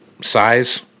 size